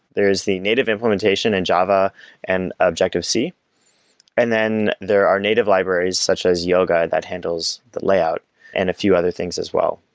there's the native implementation in java and objective-c, and then there are native libraries such as yoga that handles the layout and a few other things as well,